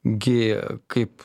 gi kaip